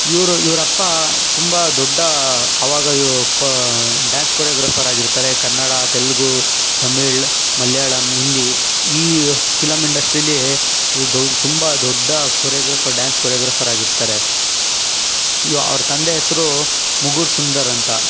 ಇವರು ಇವರಪ್ಪ ತುಂಬ ದೊಡ್ಡ ಆವಾಗ ಡ್ಯಾನ್ಸ್ ಕೊರಿಯೋಗ್ರಾಫರ್ ಆಗಿರ್ತಾರೆ ಕನ್ನಡ ತೆಲುಗು ತಮಿಳು ಮಲಯಾಳಂ ಹಿಂದಿ ಈ ಫಿಲಮ್ ಇಂಡಸ್ಟ್ರಿಲಿ ಇವರು ದೊಡ್ಡ ತುಂಬ ದೊಡ್ಡ ಕೊರಿಯೋಗ್ರಾಫರ್ ಡ್ಯಾನ್ಸ್ ಕೊರಿಯೋಗ್ರಾಫರ್ ಆಗಿರ್ತಾರೆ ಇವ್ ಅವರ ತಂದೆ ಹೆಸರು ಮುಗೂರ್ ಸುಂದರ್ ಅಂತ